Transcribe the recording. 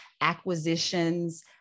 acquisitions